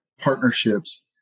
partnerships